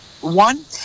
One